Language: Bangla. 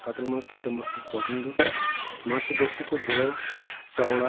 কাতলা মাছ খেতে আমার খুব পছন্দ মাছটা দেখতে খুব বড় চওড়া